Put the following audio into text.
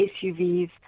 SUVs